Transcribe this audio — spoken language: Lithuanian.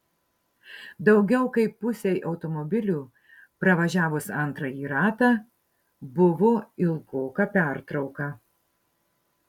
daugiau kaip pusei automobilių pravažiavus antrąjį ratą buvo ilgoka pertrauka